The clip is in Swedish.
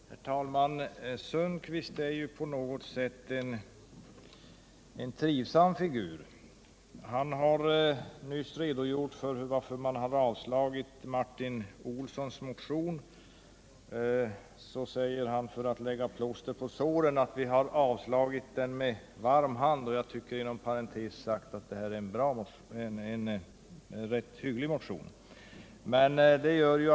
Herr talman! Tage Sundkvist är på något sätt en trivsam figur. Han redogjorde för varför utskottet har avstyrkt Martin Olssons motion — som jag inom parentes sagt tycker är en rätt hygglig motion. För att lägga plåster på såren sade han då att ”vi har avstyrkt den med varm hand”.